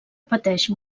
pateix